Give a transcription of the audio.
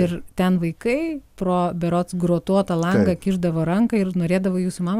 ir ten vaikai pro berods grotuotą langą kišdavo ranką ir norėdavo jūsų mamą